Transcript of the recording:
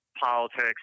politics